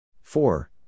Four